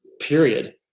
Period